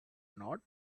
not